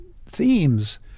themes